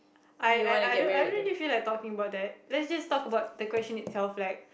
I I I don't don't really feel like talking about let's just talk about the question itself like